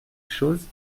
chose